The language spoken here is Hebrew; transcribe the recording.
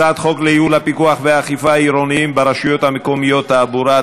הצעת חוק לייעול הפיקוח והאכיפה העירוניים ברשויות המקומיות (תעבורה),